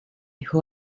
who